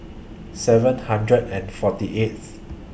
seven hundred and forty eighth